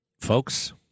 Folks